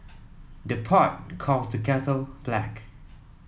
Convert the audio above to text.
the pot calls the kettle black